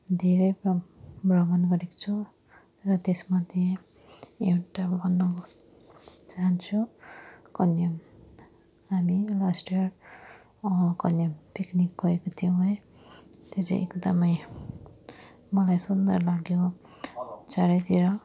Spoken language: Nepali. धेरै भ्रम भ्रमण गरेको छु र त्यस मध्ये एउटा भन्न चाहन्छु कन्याम हामी लास्ट इयर कन्याम पिकनिक गएको थियौँ है त्यो चाहिँ एकदमै मलाई सुन्दर लाग्यो चारैतिर